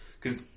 Cause